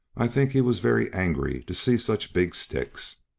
i think he was very angry to see such big sticks.